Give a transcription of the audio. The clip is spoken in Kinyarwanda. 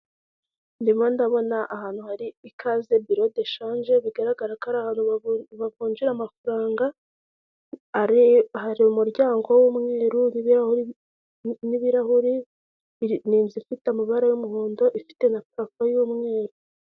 Ndimo ndabona ahantu hari ikaze biro deshaje. Bigaragara ko ari ahantu bavunjira amafaranga. Hari umuryango w'umweru n'ibirahure, ni inzu ifite amabara y'umuhondo ifite na prapafu y'umweru.